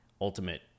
ultimate